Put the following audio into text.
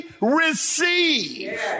receive